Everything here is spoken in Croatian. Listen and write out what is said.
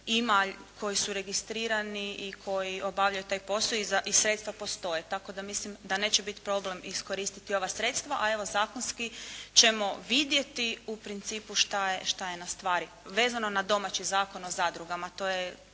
ima koji su registrirani i koji obavljaju taj posao i sredstva postoje, tako da mislim da neće biti problem iskoristiti ova sredstva, a evo zakonski ćemo vidjeti u principu šta je na stvari, vezano na domaći Zakon o zadrugama, to je